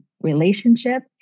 relationship